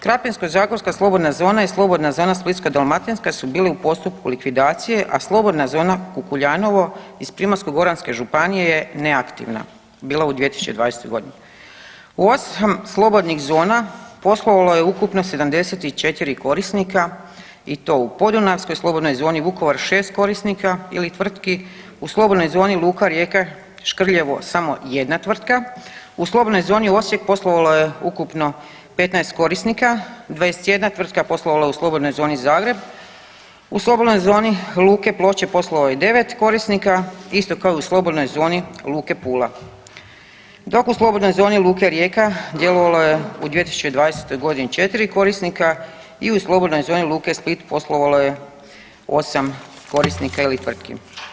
Krapinsko-zagorska slobodna zona je slobodna zona i slobodna zona Splitsko-dalmatinska su bile u postupku likvidacije, a slobodna zona Kukuljanovo iz Primorsko-goranske županije je neaktivna bila u 2020. g. U 8 slobodnih zona poslovalo je ukupno 74 korisnika i to u podunavskoj slobodnoj zoni Vukovar 6 korisnika ili tvrtki, u slobodnoj zoni Luka Rijeka, Škrljevo samo 1 tvrtka, u slobodnoj zoni Osijek poslovalo je ukupno 15 korisnika, 21 tvrtka poslovala je u slobodnoj zoni Zagreb, u slobodnoj zoni Luke Ploče poslovalo je 9 korisnika, isto kao i u slobodnoj zoni Luke Pula, dok u slobodnoj zoni Luke Rijeka djelovalo je u 2020. g. 4 korisnika i u slobodnoj zoni Luke Split poslovalo je 8 korisnika ili tvrtki.